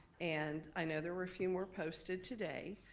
and i know there were a few more posted today,